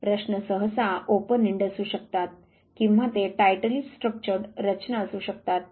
प्रश्न सहसा open end असू शकतात किंवा ते टाइट्लि स्ट्रकचर्ड रचना असू शकतात